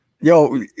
Yo